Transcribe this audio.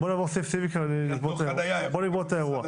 בואו נעבור סעיף-סעיף ונגמור את האירוע.